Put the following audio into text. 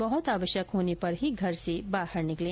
बहुत आवश्यक होने पर ही घर से बाहर निकलें